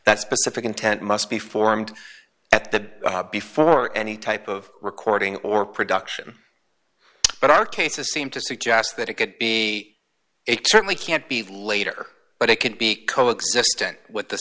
intent must be formed at that before any type of recording or production but our cases seem to suggest that it could be certainly can't be later but it could be coexistent with the